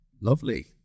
Lovely